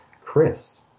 Chris